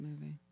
movie